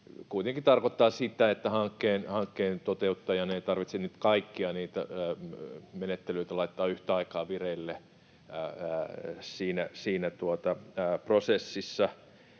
Kuitenkin se tarkoittaa sitä, että hankkeen toteuttajan ei tarvitse nyt kaikkia niitä menettelyitä laittaa yhtä aikaa vireille siinä prosessissa.